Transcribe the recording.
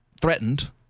threatened